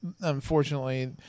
Unfortunately